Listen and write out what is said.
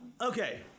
Okay